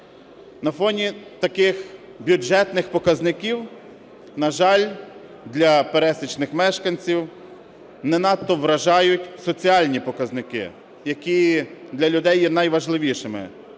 На фоні таких бюджетних показників, на жаль, для пересічних мешканців не надто вражають соціальні показники, які для людей є найважливішими.